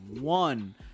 one